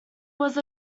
was